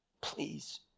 Please